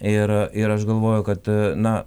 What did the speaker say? ir ir aš galvoju kad na